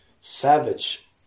savage